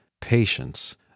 patience